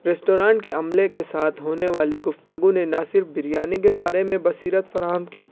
restaurant کے عملے کے ساتھ ہونے والے گفتگو نے نہ صرف بریانی کے بارے میں بصیرت فراہم کی